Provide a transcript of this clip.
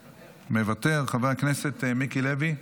מוותר, חבר הכנסת מיקי לוי,